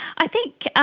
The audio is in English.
i think